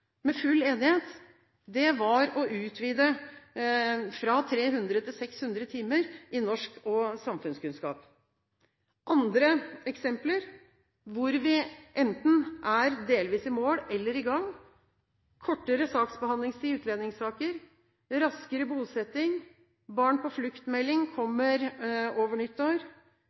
med full enighet, var utvidelse fra 300 til 600 timer i norsk og samfunnskunnskap. Andre eksempler hvor vi enten er delvis i mål eller er i gang, er kortere saksbehandlingstid i utlendingssaker, raskere bosetting, Barn på flukt-meldingen, som kommer over nyttår,